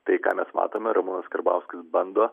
tai ką mes matome ramūnas karbauskis bando